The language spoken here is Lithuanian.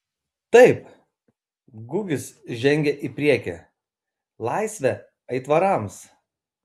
taip gugis žengė į priekį laisvę aitvarams